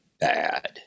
bad